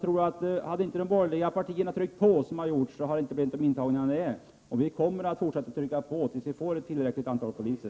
Om inte de borgerliga partierna hade tryckt på som de har gjort, tror jag inte att det hade skett så många intagningar, och de borgerliga partierna kommer att fortsätta att trycka på tills det finns tillräckligt många poliser.